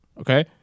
okay